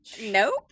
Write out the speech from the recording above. Nope